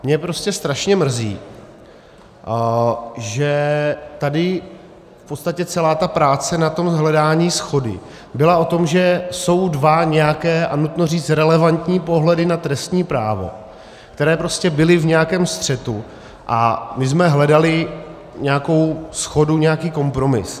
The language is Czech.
Mě strašně mrzí, že tady v podstatě celá ta práce na hledání shody byla o tom, že jsou dva nějaké, a nutno říct relevantní, pohledy na trestní právo, které prostě byly v nějakém střetu, a my jsme hledali nějakou shodu, nějaký kompromis.